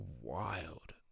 wild